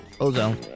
Ozone